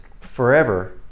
forever